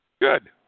Good